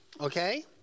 Okay